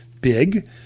big